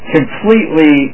Completely